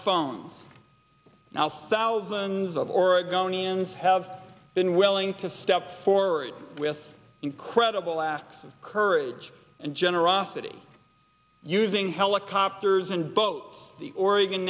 thousands of oregonians have been willing to step forward with incredible acts of courage and generosity using helicopters and boats the oregon